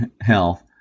Health